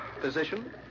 Physician